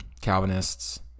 Calvinists